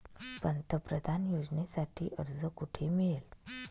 पंतप्रधान योजनेसाठी अर्ज कुठे मिळेल?